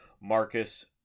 Marcus